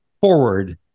forward